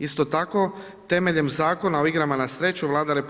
Isto tako, temeljem Zakona o igrama na sreću Vlada RH